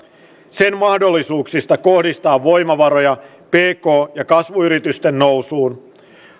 sen mahdollisuuksista kohdistaa voimavaroja pk ja kasvuyritysten nousuun